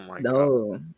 No